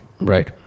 Right